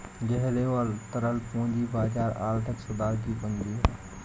गहरे और तरल पूंजी बाजार आर्थिक सुधार की कुंजी हैं,